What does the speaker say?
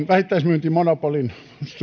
vähittäismyyntimonopolin